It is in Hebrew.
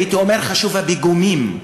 הייתי אומר: חשובים הפיגומים.